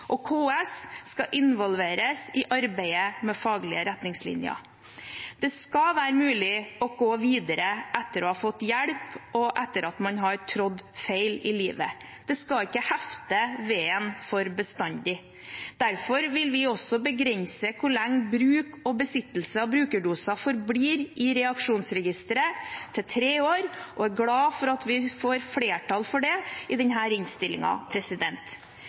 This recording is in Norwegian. KS skal involveres i arbeidet med faglige retningslinjer. Det skal være mulig å gå videre etter å ha fått hjelp og etter at man har trådt feil i livet. Det skal ikke hefte ved en for bestandig. Derfor vil vi også begrense hvor lenge bruk og besittelse av brukerdoser forblir i reaksjonsregisteret, til tre år, og vi er glad for at vi får flertall for det i